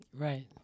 Right